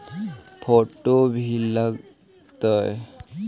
Photo भी लग तै?